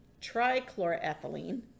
trichloroethylene